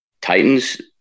Titans